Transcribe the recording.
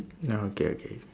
no okay okay